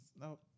nope